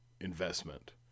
investment